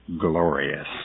Glorious